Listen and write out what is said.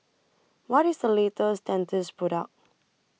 What IS The latest Dentiste Product